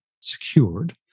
secured